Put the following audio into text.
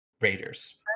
raiders